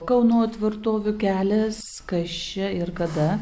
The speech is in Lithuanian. kalno tvirtovių kelias kas čia ir kada